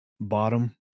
bottom